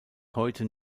heute